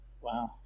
Wow